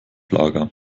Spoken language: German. lager